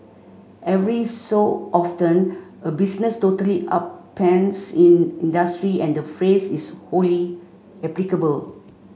every so often a business totally upends in industry and the phrase is wholly applicable